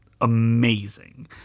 amazing